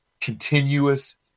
continuous